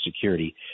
security –